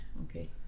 Okay